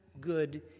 good